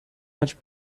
much